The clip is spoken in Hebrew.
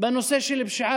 בנושא של פשיעה.